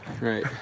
Right